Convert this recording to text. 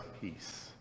peace